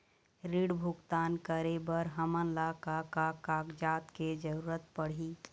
ऋण भुगतान करे बर हमन ला का का कागजात के जरूरत पड़ही?